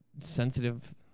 sensitive